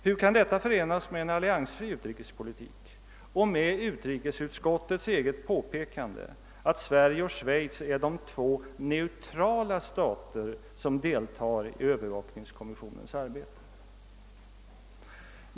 Hur kan detta förenas med en alliansfri utrikespolitik och med utrikesutskottets eget påpekande att Sverige och Schweiz är »de två neutrala stater som deltar i övervakningskommissionens arbete»?